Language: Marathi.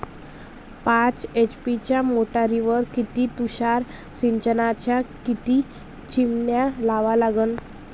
पाच एच.पी च्या मोटारीवर किती तुषार सिंचनाच्या किती चिमन्या लावा लागन?